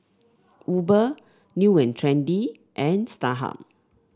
Uber New And Trendy and Starhub